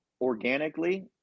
organically